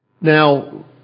Now